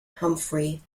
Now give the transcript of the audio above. humphrey